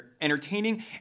entertaining